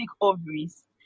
ovaries